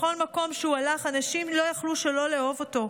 בכל מקום שהוא הלך, אנשים לא יכלו שלא לאהוב אותו.